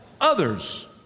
Others